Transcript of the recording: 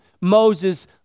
Moses